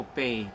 pay